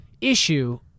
issue